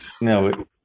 no